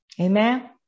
Amen